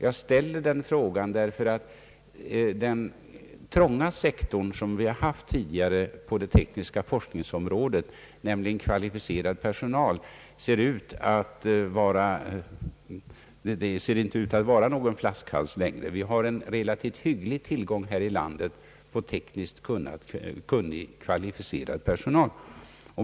Jag ställer denna fråga därför att den trånga sektorn som vi haft tidigare på det tekniska forskningsområdet, nämligen kvalificerad personal, inte tycks vara någon flaskhals längre. Vi har nu här i landet en relativt hygglig tillgång på tekniskt kunnig kvalificerad personal.